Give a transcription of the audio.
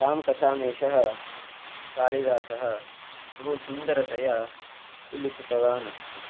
तां कथाेन्मेशः कालिदासः बहु सुन्दरतया उल्लिखितवान् अस्ति